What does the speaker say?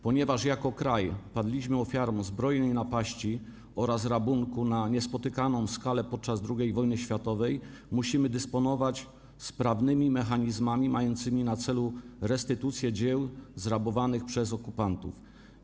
Ponieważ jako kraj padliśmy ofiarą zbrojnej napaści oraz rabunku na niespotykaną skalę podczas II wojny światowej, musimy dysponować sprawnymi mechanizmami mającymi na celu restytucję dzieł zrabowanych przez okupantów.